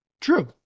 True